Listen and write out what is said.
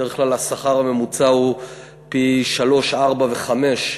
בדרך כלל השכר הממוצע הוא פי שלושה וארבעה וחמישה